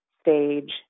stage